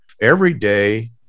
everyday